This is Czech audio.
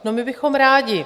No, my bychom rádi.